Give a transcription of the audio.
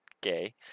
gay